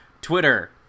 twitter